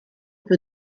più